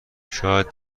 شاید